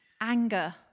anger